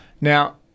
Now